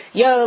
yo